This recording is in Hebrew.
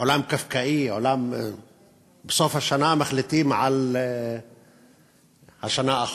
עולם קפקאי, בסוף השנה מחליטים על השנה אחורה.